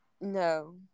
No